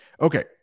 Okay